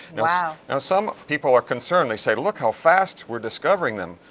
wow. now some people are concerned, they say look how fast we're discovering them,